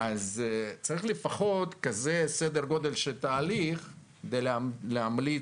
אז צריך לפחות כזה סדר גודל של תהליך ולהמליץ